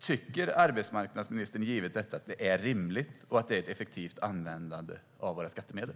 Tycker arbetsmarknadsministern, givet detta, att det här är rimligt och att det är ett effektivt användande av våra skattemedel?